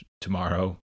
tomorrow